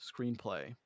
screenplay